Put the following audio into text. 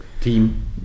team